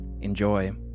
Enjoy